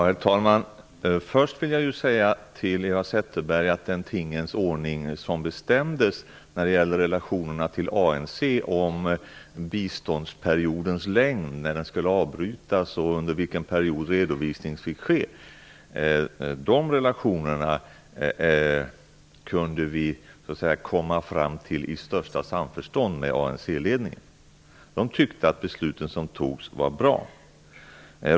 Herr talman! Först vill jag säga till Eva Zetterberg att den tingens ordning som bestämdes när det gäller relationerna till ANC om biståndsperiodens längd och när biståndet skulle avbrytas och redovisas kunde vi komma fram till i största samförstånd med ANC-ledningen. De tyckte att besluten var bra.